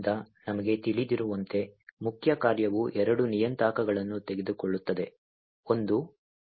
ಆದ್ದರಿಂದ ನಮಗೆ ತಿಳಿದಿರುವಂತೆ ಮುಖ್ಯ ಕಾರ್ಯವು ಎರಡು ನಿಯತಾಂಕಗಳನ್ನು ತೆಗೆದುಕೊಳ್ಳುತ್ತದೆ ಒಂದು argc ಮತ್ತು ಒಂದು argv